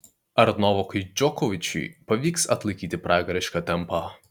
ar novakui džokovičiui pavyks atlaikyti pragarišką tempą